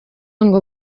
ngo